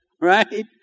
Right